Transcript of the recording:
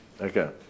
Okay